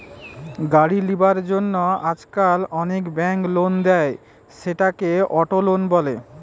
গাড়ি লিবার জন্য আজকাল অনেক বেঙ্ক লোন দেয়, সেটাকে অটো লোন বলে